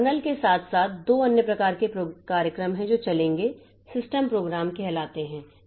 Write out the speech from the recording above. तो कर्नेल के साथ साथ दो अन्य प्रकार के कार्यक्रम हैं जो चलेंगे सिस्टम प्रोग्राम कहलाते हैं